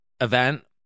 event